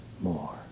more